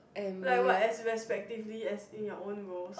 like what as respectively as in your own roles